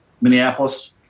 Minneapolis